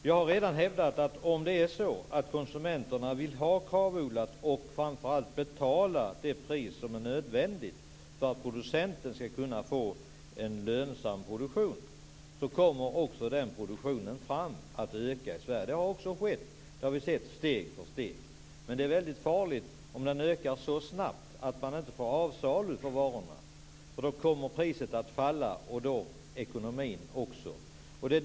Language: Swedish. Jag har redan hävdat att om det är så att konsumenterna vill ha kravodlat och framför allt betala det pris som är nödvändigt för att producenten skall kunna få en lönsam produktion, kommer också den produktionen att öka i Sverige. Det har också skett steg för steg, som vi har sett. Men det är farligt om den ökar så snabbt att man inte får avsalu för varorna. Då kommer priset att falla och också ekonomin.